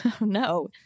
No